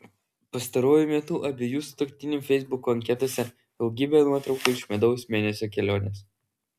pastaruoju metu abiejų sutuoktinių feisbuko anketose daugybė nuotraukų iš medaus mėnesio kelionės